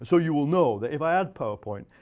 so you will know that if i add powerpoint,